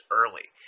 early